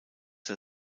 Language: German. der